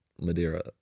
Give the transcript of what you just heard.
Madeira